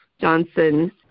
Johnson